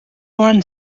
run